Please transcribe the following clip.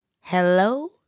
Hello